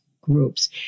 groups